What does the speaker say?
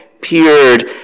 peered